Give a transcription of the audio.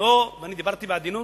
דיברתי בעדינות,